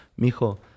Mijo